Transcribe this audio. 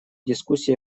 дискуссии